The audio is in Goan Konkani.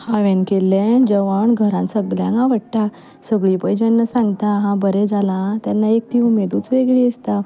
हांवें केल्लें जेवण घरान सगळ्यांक आवडटा सगलीं पळय जेन्ना सांगता हां बरें जालां आं तेन्ना एक ती उमेदूच वेगळी आसता